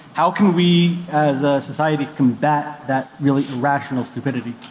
how can we as a society combat that really irrational stupidity?